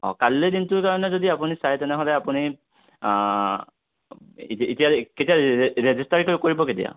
অঁ কাইলৈ দিনটোৰ কাৰণে যদি আপুনি চাই তেনেহ'লে আপুনি এতিয়ালৈ কেতিয়া ৰেজিষ্টাৰ কৰিব কেতিয়া